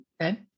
Okay